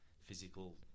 physical